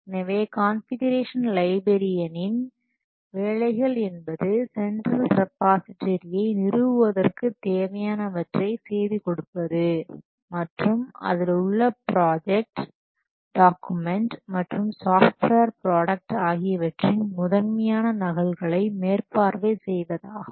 எனவே கான்ஃபிகுரேஷன் லைப்ரேரியனின் வேலைகள் என்பது சென்ட்ரல் ரிபோசிட்ரியை நிறுவுவதற்கு தேவையானவற்றை செய்துகொடுப்பது மற்றும் அதில் உள்ள ப்ராஜெக்ட் டாக்குமெண்ட் மற்றும் சாஃப்ட்வேர் ப்ராடக்ட் ஆகியவற்றின் முதன்மையான நகல்களை மேற்பார்வை செய்வதாகும்